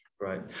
right